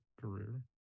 career